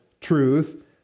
truth